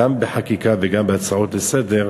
גם בחקיקה וגם בהצעות לסדר-היום.